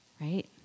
right